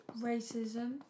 Racism